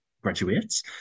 graduates